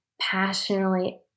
passionately